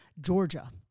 Georgia